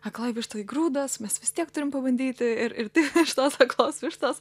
aklai vištai grūdas mes vis tiek turim pabandyti ir ir tai šitos aklos vištos